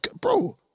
bro